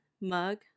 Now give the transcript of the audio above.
mug